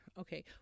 okay